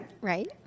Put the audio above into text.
Right